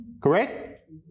Correct